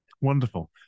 Wonderful